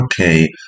okay